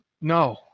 no